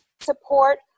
support